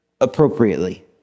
appropriately